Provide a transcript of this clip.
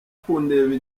kundeba